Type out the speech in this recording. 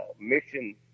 mission